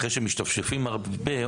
לאחר שמשתפשפים הרבה,